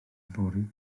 fory